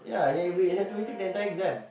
oh dear